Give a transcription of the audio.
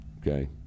Okay